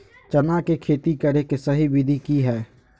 चना के खेती करे के सही विधि की हय?